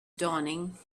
dawning